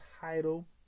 title